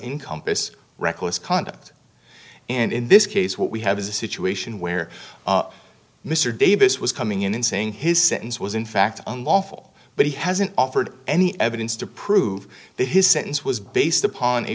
encompass reckless conduct and in this case what we have is a situation where mr davis was coming in saying his sentence was in fact unlawful but he hasn't offered any evidence to prove that his sentence was based upon a